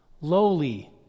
lowly